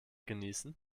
genießen